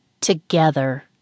together